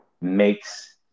makes